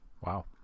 Wow